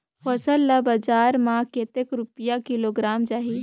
फसल ला बजार मां कतेक रुपिया किलोग्राम जाही?